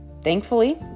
Thankfully